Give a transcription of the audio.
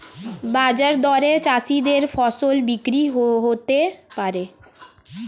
বাজার দরে চাষীদের ফসল বিক্রি হতে পারে